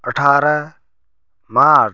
अठारह मार्च